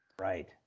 Right